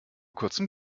kurzem